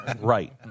right